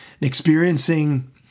Experiencing